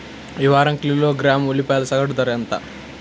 ఈ వారం కిలోగ్రాము ఉల్లిపాయల సగటు ధర ఎంత?